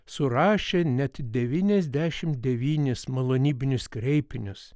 surašė net devyniasdešimt devynis malonybinius kreipinius